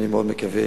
אני מאוד מקווה,